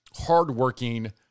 hardworking